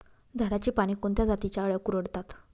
झाडाची पाने कोणत्या जातीच्या अळ्या कुरडतात?